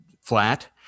flat